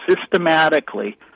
systematically